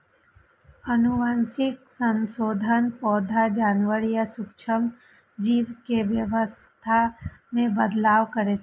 आनुवंशिक संशोधन पौधा, जानवर या सूक्ष्म जीव के विशेषता मे बदलाव करै छै